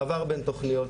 מעבר בין תוכניות,